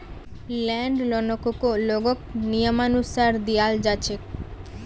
land लोनकको लोगक नियमानुसार दियाल जा छेक